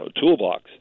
toolbox